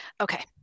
Okay